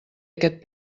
aquest